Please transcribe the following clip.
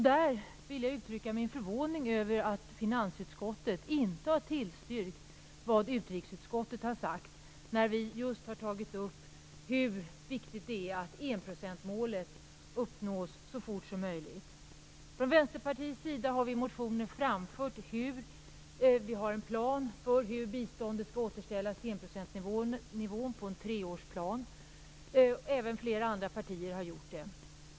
Där vill jag uttrycka min förvåning över att finansutskottet inte har tillstyrkt vad utrikesutskottet har sagt när vi just har tagit upp hur viktigt det är att enprocentsmålet uppnås så fort som möjligt. Från Vänsterpartiets sida har vi i motioner framfört förslag på en treårsplan för hur biståndet skall återställas till enprocentsnivån. Även flera andra partier har gjort det.